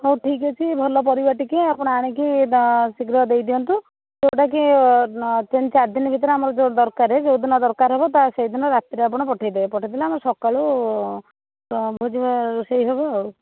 ହେଉ ଠିକ୍ଅଛି ଭଲ ପରିବା ଟିକିଏ ଆପଣ ଆଣିକି ଶୀଘ୍ର ଦେଇ ଦିଅନ୍ତୁ ଯେଉଁଡ଼ାକି ତିନି ଚାରି ଦିନ ଭିତରେ ଆମର ଦରକାର ଯେଉଁ ଦିନ ଦରକାର ହେବ ସେହିଦିନ ରାତିରେ ଆପଣ ପଠାଇ ଦେବେ ପଠାଇ ଦେଲେ ଆମେ ସକାଳୁ ଭୋଜି ରୋଷେଇ ହେବ ଆଉ